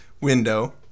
Window